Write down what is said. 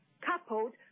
coupled